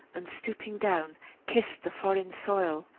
and stooping down kissed the foreign soil,